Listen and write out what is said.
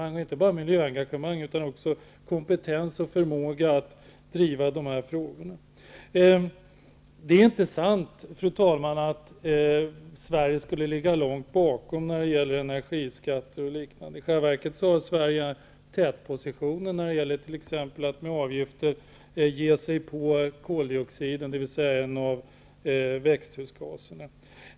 Det gäller inte bara miljöengagemanget utan också kompetensen och förmågan att driva frågorna. Fru talman! Det är inte sant att Sverige skulle ligga långt efter när det gäller energiskatter och liknande. I själva verket innehar Sverige tätpositionen när det gäller t.ex. att med hjälp av avgifter ge sig på problemet med koldioxiden, dvs. en av växthusgaserna.